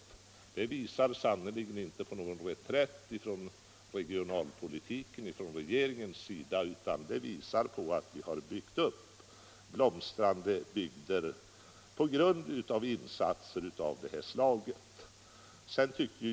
Förhållandena där visar sannerligen inte på någon reträtt i fråga om regionalpolitiken från regeringens sida, utan vi har byggt upp blomstrande bygder på grund av insatser av det här slaget.